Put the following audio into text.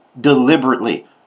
deliberately